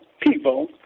people